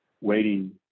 waiting